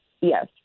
Yes